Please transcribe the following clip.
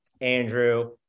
Andrew